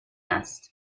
است